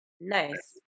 Nice